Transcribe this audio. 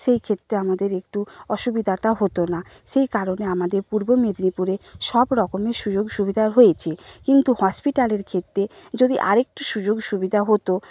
সেই ক্ষেত্রে আমাদের একটু অসুবিধাটা হতো না সেই কারণে আমাদের পূর্ব মেদিনীপুরে সব রকমের সুযোগ সুবিধার হয়েছে কিন্তু হঁসপিটালের ক্ষেত্রে যদি আর একটু সুযোগ সুবিধা হতো